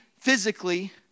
physically